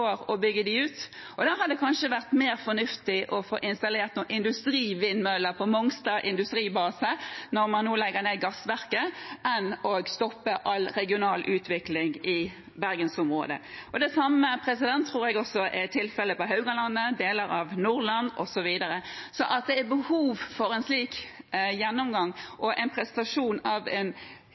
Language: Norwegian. kanskje vært mer fornuftig å få installert noen industrivindmøller på Mongstad industribase når man nå legger ned gassverket, enn å stoppe all regional utvikling i bergensområdet. Det samme tror jeg er tilfellet på Haugalandet, deler av Nordland osv. En slik gjennomgang og presentasjon av en totalutfordring av sammenhengen mellom energibehov for næring og klima, på både nasjonalt og regionalt nivå, tror Arbeiderpartiet er helt nødvendig. Så fikk vi en